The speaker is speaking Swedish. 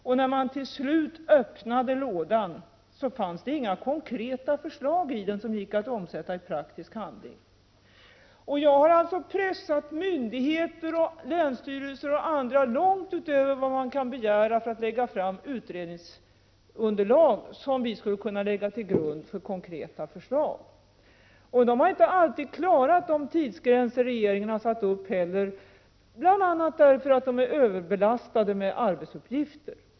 När man sedan till slut öppnade lådan fanns det inga konkreta förslag i den som gick att omsätta i praktisk handling. Jag har pressat myndigheter, länsstyrelser och andra långt över vad man kan begära, för att de skall lägga fram utredningsunderlag som vi skulle kunna lägga till grund för konkreta förslag. De har inte alltid klarat de tidsgränser som regeringen har satt upp, bl.a. därför att de är överbelastade med arbetsuppgifter.